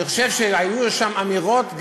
אני חושב שהיו שם אמירות,